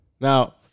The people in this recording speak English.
Now